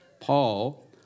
Paul